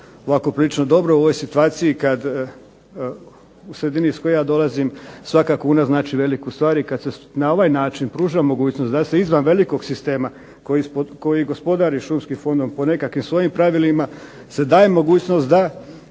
činilo prilično dobro u ovoj situaciji kad u sredini iz koje ja dolazim svaka kuna znači veliku stvar i kad se na ovaj način pružila mogućnost da se izvan velikog sistema koji gospodari šumskim fondom po nekakvim svojim pravilima se daje mogućnost da